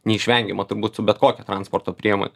neišvengiama turbūt bet kokią transporto priemonę